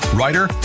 writer